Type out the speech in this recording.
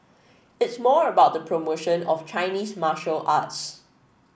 it's more about the promotion of Chinese martial arts